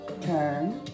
turn